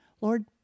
Lord